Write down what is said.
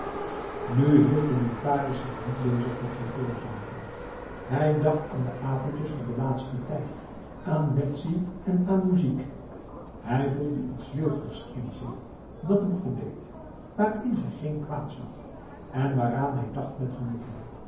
nu hield de notaris zich niet bezig met kantoorzaken hij dacht aan de avondjes van de laatste tijd aan betsy en aan muziek hij voelde iets jeugdigs in zich dat hem goeddeed waarin hij geen kwaad zag en waaraan hij dacht met genoegen